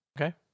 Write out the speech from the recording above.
Okay